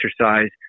exercise